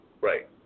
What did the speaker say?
right